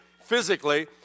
physically